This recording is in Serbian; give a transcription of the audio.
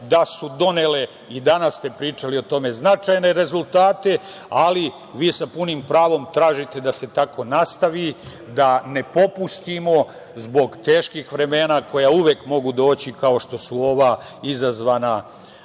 da su donele, i danas ste pričali o tome, značajne rezultate, ali vi sa punim pravom tražite da se tako nastavi, da ne popustimo zbog teških vremena koja uvek mogu doći kao što su ova, izazvana